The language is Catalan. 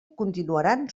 continuaran